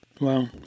Wow